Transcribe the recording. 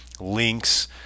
links